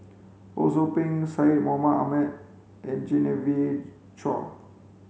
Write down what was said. Ho Sou Ping Syed Mohamed Ahmed and Genevieve Chua